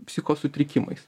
psichikos sutrikimais